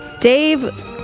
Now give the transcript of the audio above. Dave